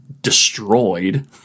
destroyed